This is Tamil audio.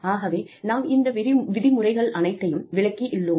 ஆகவே நாம் இந்த விதிமுறைகள் அனைத்தையும் விளக்கியுள்ளேம்